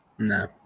No